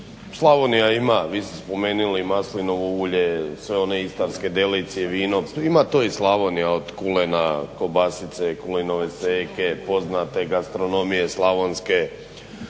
Slavonija ima, vi ste spomenuli maslinovo ulje, sve one istarske delicije, vino, ima to i Slavonija od kulena, kobasice, kulenove seke, poznate gastronomije slavonske